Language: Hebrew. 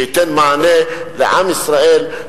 שייתן מענה לעם ישראל,